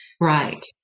Right